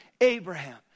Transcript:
Abraham